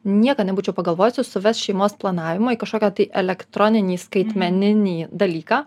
niekad nebūčiau pagalvojusi suvest šeimos planavimą į kažkokią tai elektroninį skaitmeninį dalyką